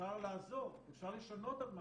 אפשר לשנות את המצב.